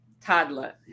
toddler